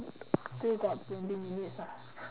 still got twenty minutes ah